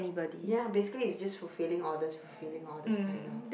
ya basically is just for filling orders filling orders kind lah